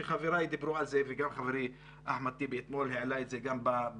שחבריי דיברו על זה וחברי אחמד טיבי גם העלה את זה במליאה,